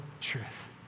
truth